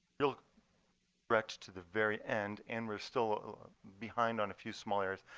yeah stretched to the very end. and we're still behind on a few small areas,